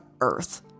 earth